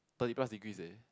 thirty plus degrees leh